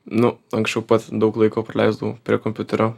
nu anksčiau pats daug laiko praleisdavau prie kompiuterio